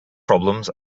problems